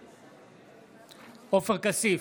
נגד עופר כסיף,